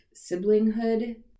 siblinghood